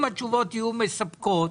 אם התשובות יהיו מספקות,